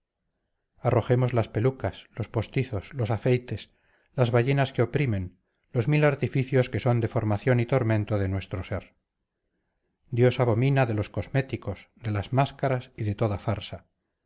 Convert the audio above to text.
arrojemos las pelucas los postizos los afeites las ballenas que oprimen los mil artificios que son deformación y tormento de nuestro ser dios abomina de los cosméticos de las máscaras y de toda farsa